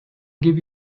give